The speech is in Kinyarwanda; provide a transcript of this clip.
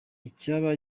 icyaba